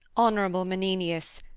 honourable menenius,